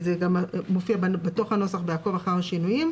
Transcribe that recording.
זה גם מופיע בתוך הנוסח ב"עקוב אחר שינויים".